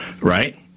Right